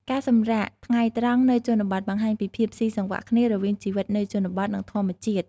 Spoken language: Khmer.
ការសម្រាកថ្ងៃត្រង់នៅជនបទបង្ហាញពីភាពសុីសង្វាក់គ្នារវាងជីវិតនៅជនបទ និងធម្មជាតិ។